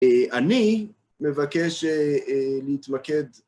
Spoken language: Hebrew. אני מבקש להתמקד.